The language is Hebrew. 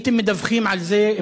הייתם מדווחים על זה,